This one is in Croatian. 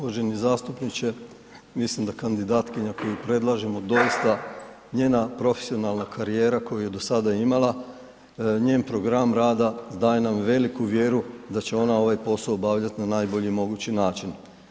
Uvaženi zastupniče, mislim da kandidatkinja koju predlažemo doista, njena profesionalna karijera koju je do sada imala, njen program rada daje nam veliku vjeru da će ona ovaj posao obavljati na najbolji mogući način.